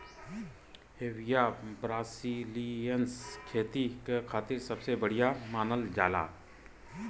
Hevea brasiliensis खेती क खातिर सबसे बढ़िया मानल जाला